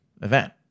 event